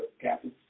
Captain